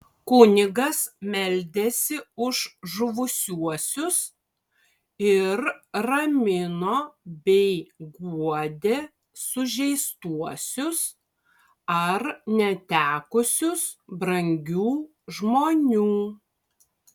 kunigas meldėsi už žuvusiuosius ir ramino bei guodė sužeistuosius ar netekusius brangių žmonių